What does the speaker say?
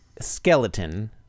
skeleton